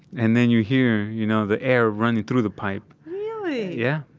and then you hear, you know, the air running through the pipe really? yeah.